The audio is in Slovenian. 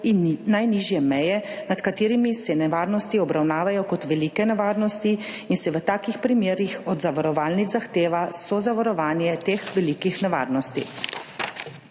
in najnižje meje, nad katerimi se nevarnosti obravnavajo kot velike nevarnosti in se v takih primerih od zavarovalnic zahteva sozavarovanje teh velikih nevarnosti.